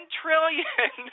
trillion